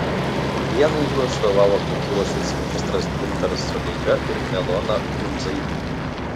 vienai jų atstovavo kultūros viceministras gintaras sodeika ir elona bundzaitė